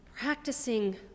practicing